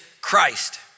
Christ